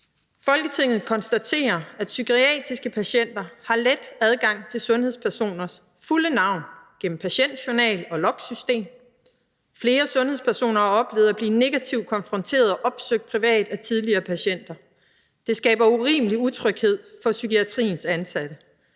»Folketinget konstaterer, at psykiatriske patienter har let adgang til sundhedspersoners fulde navn gennem patientjournal og logsystem. Flere sundhedspersoner har oplevet at blive negativt konfronteret og opsøgt privat af tidligere patienter. Det skaber urimelig utryghed for psykiatriens ansatte.